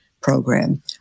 program